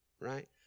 Right